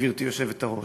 גברתי היושבת-ראש.